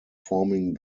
forming